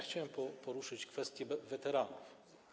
Chciałem poruszyć kwestię weteranów.